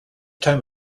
time